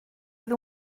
oedd